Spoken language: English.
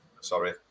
Sorry